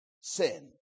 sin